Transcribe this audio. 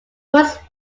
those